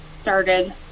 started